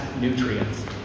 nutrients